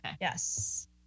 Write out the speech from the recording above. Yes